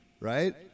right